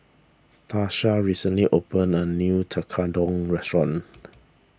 Tarsha recently opened a new Tekkadon restaurant